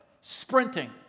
sprinting